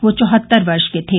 वह चौहत्तर वर्ष के थे